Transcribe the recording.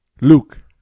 Luke